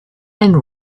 and